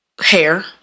hair